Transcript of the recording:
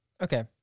okay